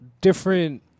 different